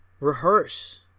Rehearse